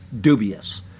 dubious